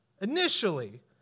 initially